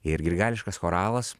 ir grigališkas choralas